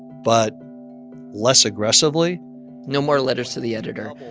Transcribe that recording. but less aggressively no more letters to the editor,